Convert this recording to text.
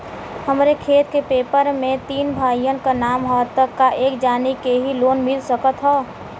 हमरे खेत के पेपर मे तीन भाइयन क नाम ह त का एक जानी के ही लोन मिल सकत ह?